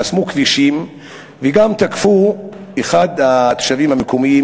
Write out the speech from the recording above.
חסמו כבישים וגם תקפו את אחד התושבים המקומיים,